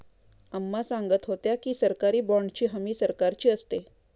अम्मा सांगत होत्या की, सरकारी बाँडची हमी सरकारची असते